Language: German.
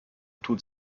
tut